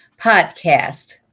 Podcast